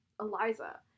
Eliza